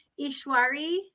Ishwari